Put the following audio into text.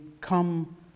come